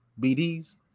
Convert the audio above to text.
BD's